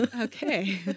Okay